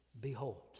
behold